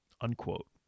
unquote